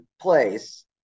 place